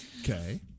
Okay